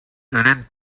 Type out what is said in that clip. alan